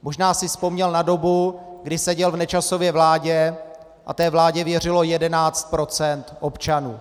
Možná si vzpomněl na dobu, kdy seděl v Nečasově vládě a té vládě věřilo 11 % občanů.